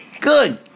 Good